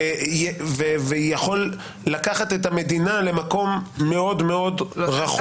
ויכול לקחת את המדינה למקום מאוד מאוד רחוק.